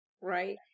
right